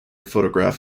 photograph